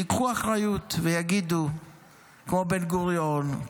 שייקחו אחריות כמו בן-גוריון,